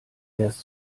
erst